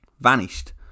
vanished